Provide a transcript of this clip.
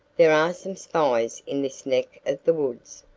there are some spies in this neck of the woods.